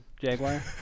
Jaguar